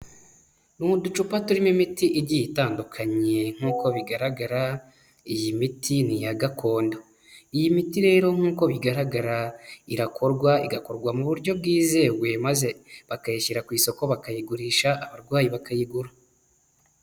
Ni uducupa turimo imiti igiye itandukanye nk'uko bigaragara iyi miti ni iya gakondo, iyi miti rero nk'uko bigaragara irakorwa igakorwa mu buryo bwizewe, maze bakayishyira ku isoko bakayigurisha abarwayi bakayigura.